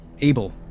Abel